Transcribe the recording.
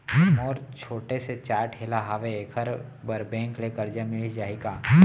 मोर छोटे से चाय ठेला हावे एखर बर बैंक ले करजा मिलिस जाही का?